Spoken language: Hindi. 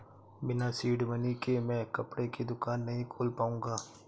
बिना सीड मनी के मैं कपड़े की दुकान नही खोल पाऊंगा